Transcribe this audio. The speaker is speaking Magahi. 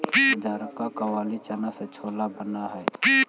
उजरका काबली चना से छोला बन हई